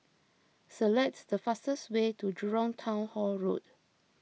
select the fastest way to Jurong Town Hall Road